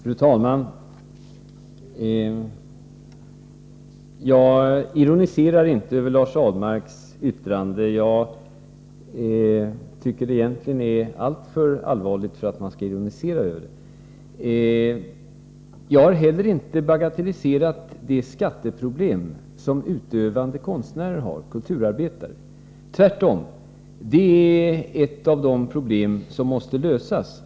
Fru talman! Jag ironiserade inte över Lars Ahlmarks yttrande. Det är alltför allvarligt för att man skall göra det. Jag har inte heller bagatelliserat de skatteproblem som utövande konstnärer och andra kulturarbetare har. Tvärtom är det problem som måste lösas.